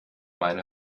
meine